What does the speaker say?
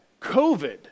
COVID